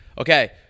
Okay